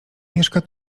mieszka